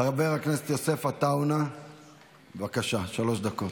חבר הכנסת יוסף עטאונה, בבקשה, שלוש דקות.